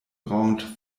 grand